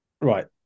Right